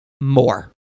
More